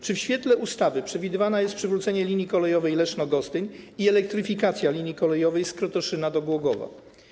Czy w świetle ustawy przewidywane jest przywrócenie linii kolejowej Leszno - Gostyń i elektryfikacja linii kolejowej z Krotoszyna do Głogowa?